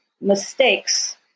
mistakes